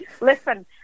Listen